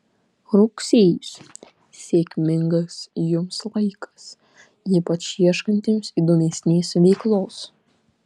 rugsėjis sėkmingas jums laikas ypač ieškantiems įdomesnės veiklos